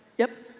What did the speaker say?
yep,